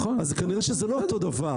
אז כנראה שזה לא אותו דבר.